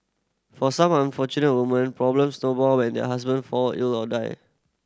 for some unfortunate women problems snowball when their husband fall ill or die